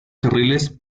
carriles